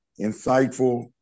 insightful